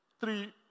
three